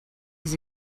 his